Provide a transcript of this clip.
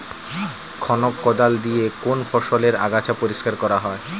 খনক কোদাল দিয়ে কোন ফসলের আগাছা পরিষ্কার করা হয়?